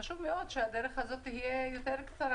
חשוב מאוד שהדרך תהיה יותר קצרה,